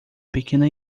pequena